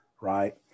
right